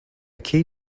key